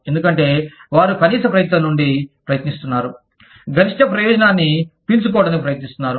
ఎందుకంటే వారు కనీస ప్రయత్నంనుండి ప్రయత్నిస్తున్నారు గరిష్ట ప్రయోజనాన్ని పీల్చుకోవటానికి ప్రయత్నిస్తున్నారు